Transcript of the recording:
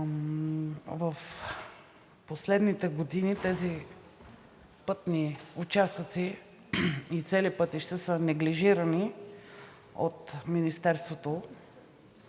в последните години тези пътни участъци и цели пътища са неглижирани от Министерството.